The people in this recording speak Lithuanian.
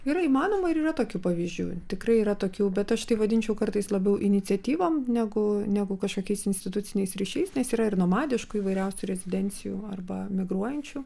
yra įmanoma ir yra tokių pavyzdžių tikrai yra tokių bet aš tai vadinčiau kartais labiau iniciatyvom negu negu kažkokiais instituciniais ryšiais nes yra ir nomadiškų įvairiausių rezidencijų arba migruojančių